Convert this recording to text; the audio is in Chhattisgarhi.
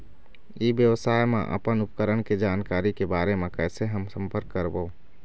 ई व्यवसाय मा अपन उपकरण के जानकारी के बारे मा कैसे हम संपर्क करवो?